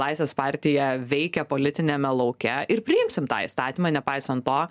laisvės partija veikia politiniame lauke ir priimsim tą įstatymą nepaisan to